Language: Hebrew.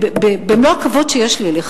במלוא הכבוד שיש לי אליך,